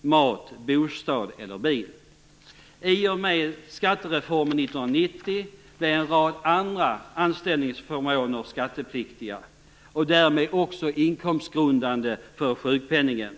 mat, bostad eller bil. I och med skattereformen 1990 blev en rad andra anställningsförmåner skattepliktiga och därmed också inkomstgrundande för sjukpenningen.